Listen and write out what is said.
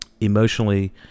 emotionally